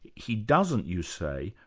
he doesn't you say,